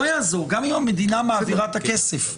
לא יעזור, גם אם המדינה מעבירה את הכסף.